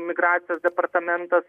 migracijos departamentas